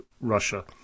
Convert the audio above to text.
Russia